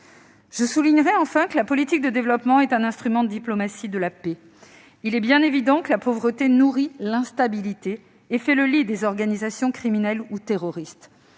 Je souligne enfin que la politique de développement est un instrument de diplomatie de la paix. Il est bien évident que la pauvreté nourrit l'instabilité et fait le lit des organisations criminelles ou terroristes.